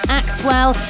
axwell